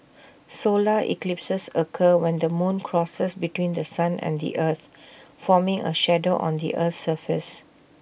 solar eclipses occur when the moon crosses between The Sun and the earth forming A shadow on the Earth's surface